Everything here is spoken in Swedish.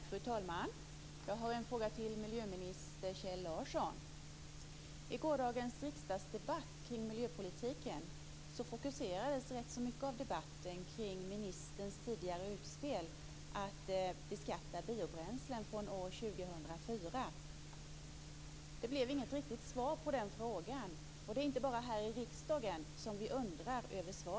Fru talman! Jag har en fråga till miljöminister Kjell Larsson. I gårdagens riksdagsdebatt om miljöpolitiken fokuserades rätt mycket av diskussionen på ministerns tidigare utspel att biobränslen skall beskattas från år 2004. Vi fick inget riktigt besked i den frågan. Det är inte bara här i riksdagen som vi undrar över detta.